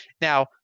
Now